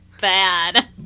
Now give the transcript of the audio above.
bad